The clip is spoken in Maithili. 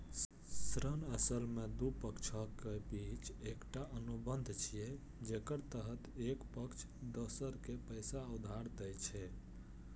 ऋण असल मे दू पक्षक बीच एकटा अनुबंध छियै, जेकरा तहत एक पक्ष दोसर कें पैसा उधार दै छै